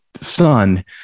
son